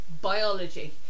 biology